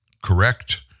correct